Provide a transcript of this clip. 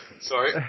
Sorry